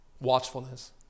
watchfulness